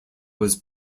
was